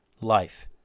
life